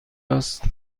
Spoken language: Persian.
است